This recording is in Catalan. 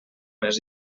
les